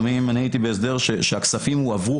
אני הייתי בהסדר שהכספים הועברו,